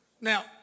Now